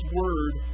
word